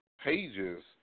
pages